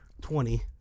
Twenty